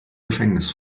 gefängnis